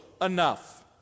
enough